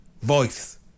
voice